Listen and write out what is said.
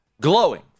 glowing